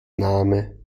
name